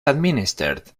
administered